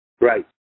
Right